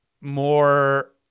more